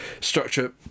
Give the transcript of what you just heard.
structure